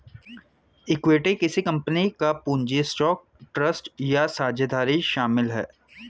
equity किसी company का पूंजी स्टॉक ट्रस्ट या साझेदारी शामिल है